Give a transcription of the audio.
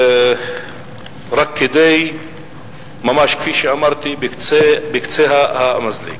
רק ממש, כפי שאמרתי, על קצה המזלג.